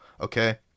Okay